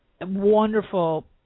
wonderful